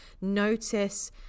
Notice